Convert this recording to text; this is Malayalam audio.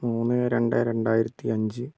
മൂന്ന് രണ്ട് രണ്ടായിരത്തി അഞ്ച്